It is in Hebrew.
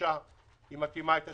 גמישה שמתאימה את עצמה.